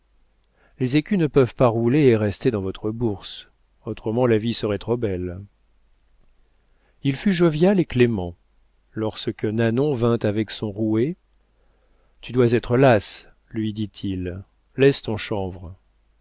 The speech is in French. les écus ne peuvent pas rouler et rester dans votre bourse autrement la vie serait trop belle il fut jovial et clément lorsque nanon vint avec son rouet tu dois être lasse lui dit-il laisse ton chanvre